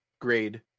grade